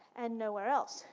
and nowhere else,